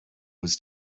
was